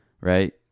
right